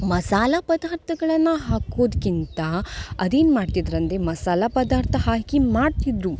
ಮಸಾಲೆ ಪದಾರ್ಥಗಳನ್ನು ಹಾಕೋದಕ್ಕಿಂತ ಅದೇನು ಮಾಡ್ತಿದ್ರಂದರೆ ಮಸಾಲೆ ಪದಾರ್ಥ ಹಾಕಿ ಮಾಡ್ತಿದ್ದರು